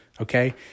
okay